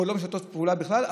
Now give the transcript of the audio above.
או לא משתפות פעולה בכלל,